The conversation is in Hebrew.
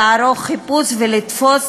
לערוך חיפוש ולתפוס